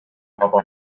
بابا